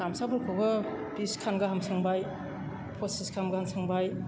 गामसाफोरखौबो बिसखान गाहाम सोंबाय पसिसखान गाहाम सोंबाय